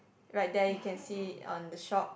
right there you can see on the shop